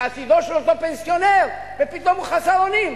את עתידו של אותו פנסיונר, ופתאום הוא חסר אונים.